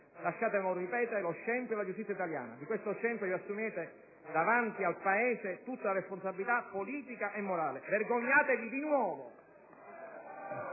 Lasciatemelo ripetere: lo scempio della giustizia italiana. Di questo scempio vi assumete davanti al Paese tutta la responsabilità, politica e morale. Vergognatevi di nuovo!